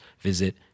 visit